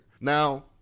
Now